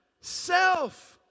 Self